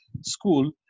school